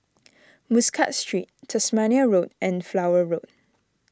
Muscat Street Tasmania Road and Flower Road